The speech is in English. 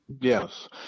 Yes